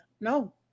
no